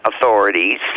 authorities